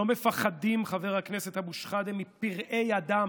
ולא מפחדים, חבר הכנסת אבו שחאדה, מפראי אדם,